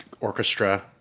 orchestra